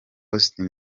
austin